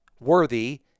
worthy